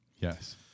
Yes